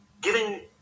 giving